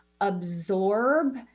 absorb